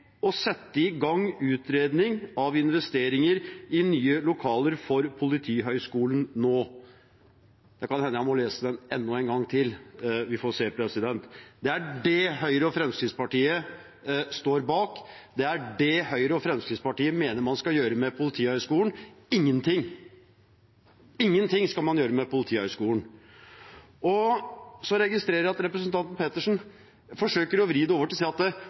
å sette i gang utredning av investeringer i nye lokaler for PHS nå.» Det kan hende jeg må lese den enda en gang, men vi får se. Det er det Høyre og Fremskrittspartiet står bak, det er det Høyre og Fremskrittspartiet mener man skal gjøre med Politihøgskolen – ingenting. Ingenting skal man gjøre med Politihøgskolen. Så registrerer jeg at representanten Pettersen forsøker å vri det over til